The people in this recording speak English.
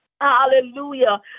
hallelujah